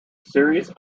series